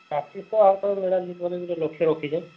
ଚାଷୀ ତ ଆଉ କ'ଣ କରିବି ଗୋଟେ ଲକ୍ଷ୍ୟ ରଖିଛି